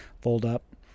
fold-up